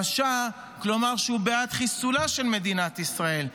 רשע, כלומר שהוא בעד חיסולה של מדינת ישראל,